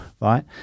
right